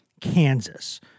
Kansas